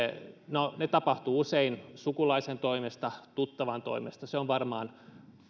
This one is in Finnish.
no ne tapahtuvat usein sukulaisen toimesta tuttavan toimesta se on varmaan